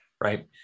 Right